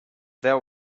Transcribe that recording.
there